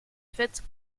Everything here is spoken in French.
faite